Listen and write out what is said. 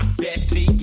betty